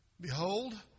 Behold